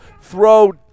throw